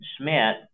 schmidt